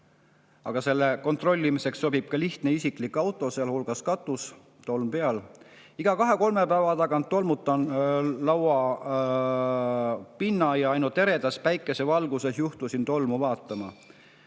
Aga selleks kontrollimiseks sobib ka lihtne isiklik auto, st auto katus, tolm peal. Iga 2-3 päeva tagant tolmutan laua pinna ja ainult eredas päikesevalguses juhtusin tolmu vaatama.